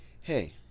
Hey